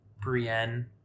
brienne